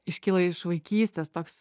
iškyla iš vaikystės toks